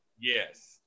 yes